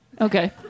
okay